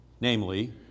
Namely